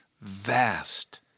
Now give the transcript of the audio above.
Vast